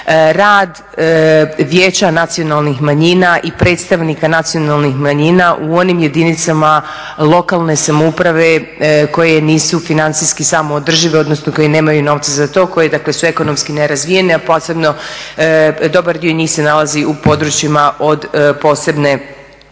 rad Vijeća nacionalnih manjina i predstavnika nacionalnih manjina u onim jedinicama lokalne samouprave koje nisu financijski samoodržive odnosno koji nemaju novca za to, koje dakle su ekonomski nerazvijene a posebno dobar dio njih se nalazi u područjima od posebne